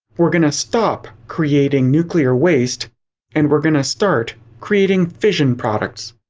we're going to stop creating nuclear waste and we're going to start creating fission products.